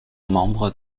membre